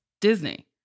Disney